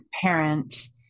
parents